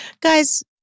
Guys